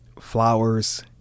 Flowers